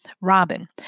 Robin